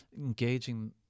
Engaging